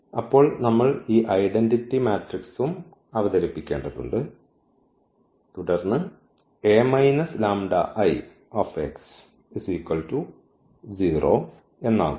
അപ്പോൾ നമ്മൾ ഈ ഐഡന്റിറ്റി മാട്രിക്സും അവതരിപ്പിക്കേണ്ടതുണ്ട് തുടർന്ന് എന്നാകുന്നു